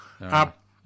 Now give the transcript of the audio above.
up